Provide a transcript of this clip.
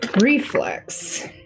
Reflex